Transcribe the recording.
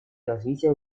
развития